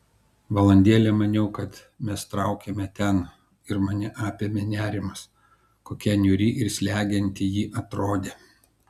valandėlę maniau kad mes traukiame ten ir mane apėmė nerimas tokia niūri ir slegianti ji atrodė